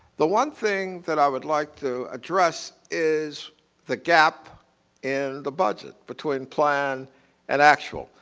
the one thing that i would like to address is the gap in the budget between plan and actual.